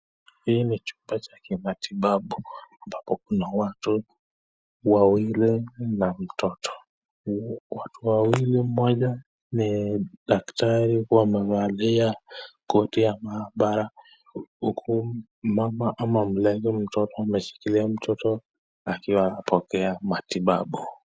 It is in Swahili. Hii ni chumba cha matibabu ambapo kuna watu wawili na mtoto. Watu wawili mmoja ni daktari amevalia koti ya maabara huku akiwa ameshikilia mtoto akipokea matibabu.